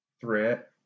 threat